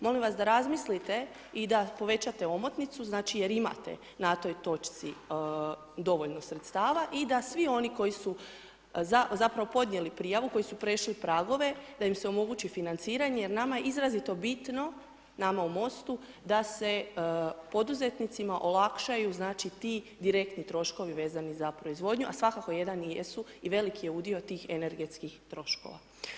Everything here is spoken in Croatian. Molim vas da razmislite i da povećate omotnicu, znači jer imate na toj točci dovoljno sredstava i da svi oni koji su zapravo podnijeli prijavu, koji su prešli pragove, da im se omogući financiranje, jer nama je izuzetno bitno, nama u MOST-u, da se poduzetnicima olakšaju znači, ti direktni troškovi vezano uz proizvodnju, a svakako jedan i jesu, i veliki je udio tih energetskih troškova.